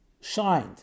shined